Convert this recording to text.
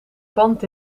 band